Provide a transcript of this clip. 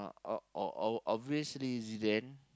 uh o~ o~ o~ obviously Zidane